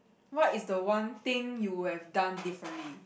what is the one thing you would have done differently